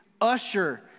usher